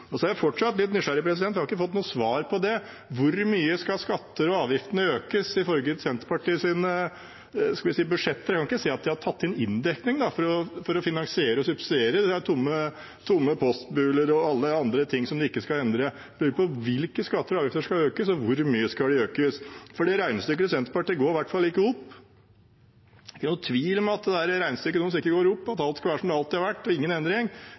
Så er jeg fortsatt litt nysgjerrig, for jeg har ikke fått noe svar på hvor mye skatter og avgifter skal økes i Senterpartiets budsjetter. Jeg kan ikke se at de har inndekning til å finansiere og subsidiere tomme postbiler og alle andre ting som de ikke skal endre. Jeg lurer på hvilke skatter og avgifter som skal økes, og hvor mye de skal økes. Det regnestykket til Senterpartiet går i hvert fall ikke opp. Det er ingen tvil om at regnestykket deres ikke går opp, og at alt skal være som det alltid har vært – ingen endring.